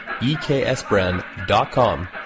eksbrand.com